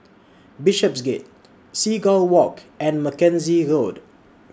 Bishopsgate Seagull Walk and Mackenzie Road